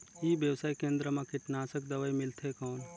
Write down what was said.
ई व्यवसाय केंद्र मा कीटनाशक दवाई मिलथे कौन?